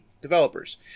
developers